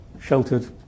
sheltered